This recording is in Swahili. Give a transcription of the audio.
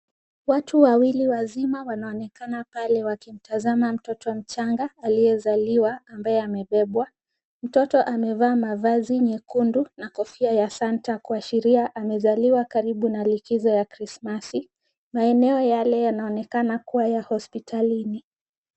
Watu wawili wazima wanaonekana pale wakimtazama mtoto mchanga aliyezaliwa ambaye amebebwa. Mtoto amevaa mavazi nyekundu na kofia ya santa kuashiria amezaliwa karibu na likizo ya krismasi, maeneo yale yanaonekana kuwa ya hospitalini.